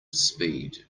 speed